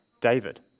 David